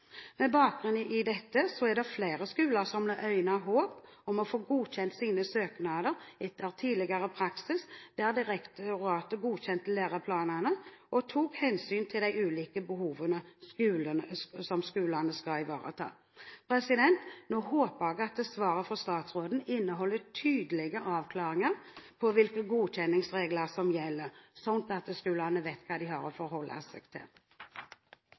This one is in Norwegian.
Med bakgrunn i dette er det flere skoler som nå øyner håp om å få godkjent sine søknader etter tidligere praksis, der direktoratet godkjente læreplanene og tok hensyn til de ulike behovene som skolene skal ivareta. Nå håper jeg at svaret fra statsråden inneholder tydelige avklaringer på hvilke godkjenningsregler som gjelder, slik at skolene vet hva de har å forholde seg til.